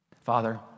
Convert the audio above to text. Father